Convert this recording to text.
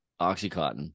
oxycotton